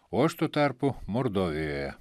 o aš tuo tarpu mordovijoje